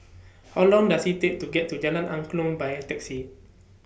How Long Does IT Take to get to Jalan Angklong By Taxi